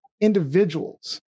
individuals